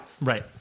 Right